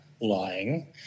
lying